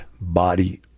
body